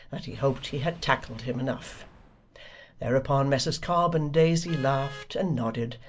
that he hoped he had tackled him enough thereupon messrs cobb and daisy laughed, and nodded,